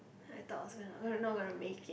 I thought I was not not gonna make it